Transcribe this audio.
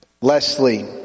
Leslie